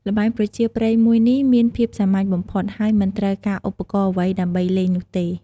ល្បែងប្រជាប្រិយមួយនេះមានភាពសាមញ្ញបំផុត ហើយមិនត្រូវការឧបករណ៍អ្វី ដើម្បីលេងនោះទេ។